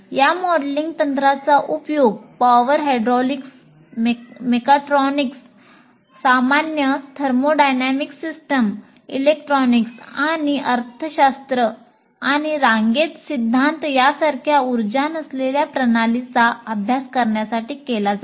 या मॉडेलिंग तंत्राचा उपयोग पॉवर हायड्रॉलिक्स मेकाट्रॉनिक्स सामान्य थर्मोडायनामिक सिस्टीम इलेक्ट्रॉनिक्स आणि अर्थशास्त्र आणि रांगेत सिद्धांत यासारख्या ऊर्जा नसलेल्या प्रणालींचा अभ्यास करण्यासाठी केला जातो